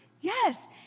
Yes